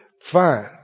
Fine